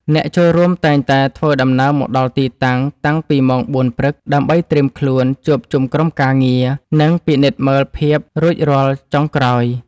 អ្នកចូលរួមតែងតែធ្វើដំណើរមកដល់ទីតាំង តាំងពីម៉ោង ៤ ព្រឹក ដើម្បីត្រៀមខ្លួន ជួបជុំក្រុមការងារ និងពិនិត្យមើលភាពរួចរាល់ចុងក្រោយ។